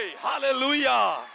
Hallelujah